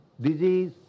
disease